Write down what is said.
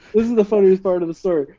this is the funniest part of the story.